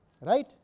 right